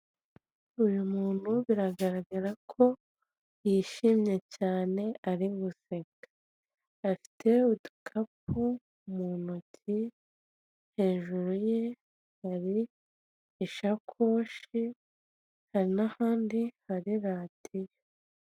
Uyu muntu biragaragara ko yishimye cyane ari guseka afite udukapu mu ntoki hejuru ye hari ishakoshi hari n'ahandi hari radiyo.